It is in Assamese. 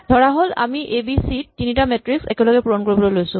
ধৰাহ'ল আমি এ বি চি তিনিটা মেট্ৰিক্স একেলগে পূৰণ কৰিবলৈ লৈছো